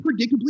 predictably